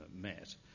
met